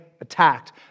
attacked